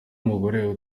umugore